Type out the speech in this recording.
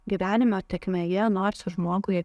gyvenimio tėkmėje norisi žmogui